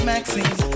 Maxine